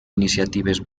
iniciatives